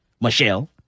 Michelle